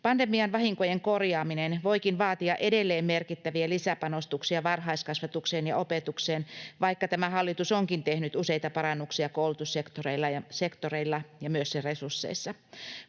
Pandemian vahinkojen korjaaminen voikin vaatia edelleen merkittäviä lisäpanostuksia varhaiskasvatukseen ja opetukseen, vaikka tämä hallitus onkin tehnyt useita parannuksia koulutussektorilla ja myös sen resursseissa.